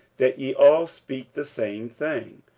that ye all speak the same thing,